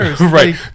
right